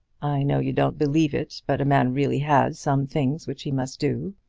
i know you don't believe it, but a man really has some things which he must do.